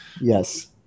Yes